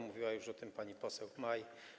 Mówiła już o tym pani poseł Chmiel.